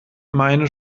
meine